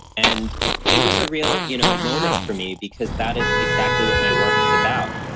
and it was a real, you know, moment for me, because that is exactly what my work is about,